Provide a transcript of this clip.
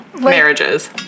marriages